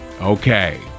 Okay